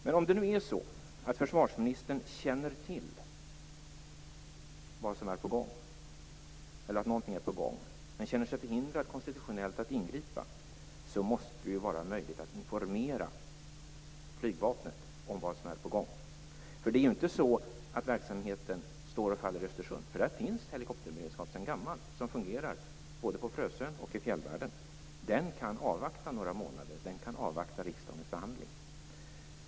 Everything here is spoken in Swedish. Men om det nu är så att försvarsministern känner till vad som är på gång eller att någonting är på gång men känner sig konstitutionellt förhindrad att ingripa, måste det ju vara möjligt att informera Flygvapnet om vad som är på gång. Det är ju inte så att verksamheten står och faller med Östersund, för där finns sedan gammalt helikopterberedskap som fungerar, både på Frösön och i fjällvärlden. Den kan avvakta några månader. Den kan avvakta riksdagens behandling.